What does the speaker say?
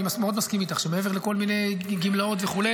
אני מאוד מסכים איתך שמעבר לכל מיני גמלאות וכו',